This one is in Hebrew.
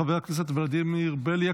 חבר הכנסת ולדימיר בליאק,